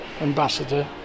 ambassador